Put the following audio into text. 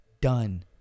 done